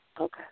Okay